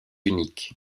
unique